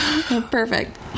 Perfect